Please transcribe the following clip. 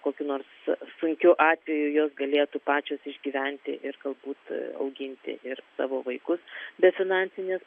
kokiu nors sunkiu atveju jos galėtų pačios išgyventi ir galbūt auginti ir savo vaikus be finansinės